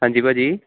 ਹਾਂਜੀ ਭਾਅ ਜੀ